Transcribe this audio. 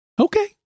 Okay